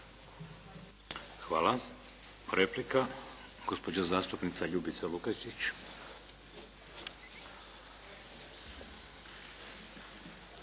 Hvala. Replika, gospođa zastupnica Ljubica Lukačić.